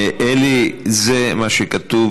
אלי, זה מה שכתוב.